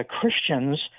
Christians—